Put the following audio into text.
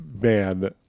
Man